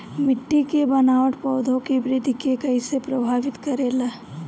मिट्टी के बनावट पौधों की वृद्धि के कईसे प्रभावित करेला?